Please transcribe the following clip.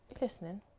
listening